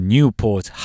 Newport